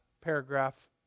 paragraph